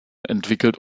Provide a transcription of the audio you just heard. entwickelt